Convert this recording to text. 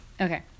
Okay